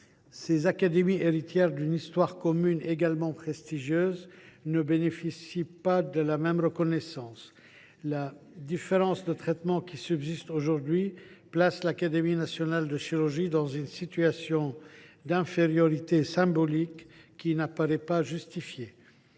ces académies, héritières d’une histoire commune également prestigieuse, ne bénéficient pas de la même reconnaissance. La différence de traitement qui subsiste aujourd’hui place l’Académie nationale de chirurgie dans une situation d’infériorité symbolique qui n’apparaît pas justifiée.